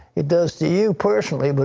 it does to you personally, but